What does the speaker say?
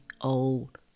old